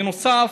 בנוסף,